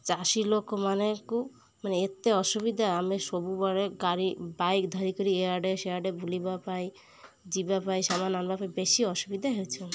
ଚାଷୀ ଲୋକମାନେକୁ ମାନେ ଏତେ ଅସୁବିଧା ଆମେ ସବୁବେଳେ ଗାଡ଼ି ବାଇକ୍ ଧରିକରି ଇଆଡ଼େ ସେଆଡ଼େ ବୁଲିବା ପାଇଁ ଯିବା ପାଇଁ ସାମାନ ଆଣିବା ପାଇଁ ବେଶୀ ଅସୁବିଧା ହେଉଛୁ